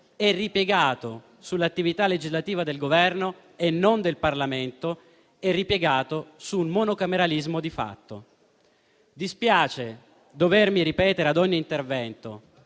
è ripiegato sull'attività legislativa del Governo e non del Parlamento e sul monocameralismo di fatto. Dispiace dovermi ripetere a ogni intervento,